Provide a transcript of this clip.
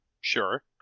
Sure